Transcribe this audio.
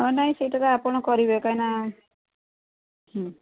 ହଁ ନାହିଁ ସେଇଟା ତ ଆପଣ କରିବେ କାହିଁକିନା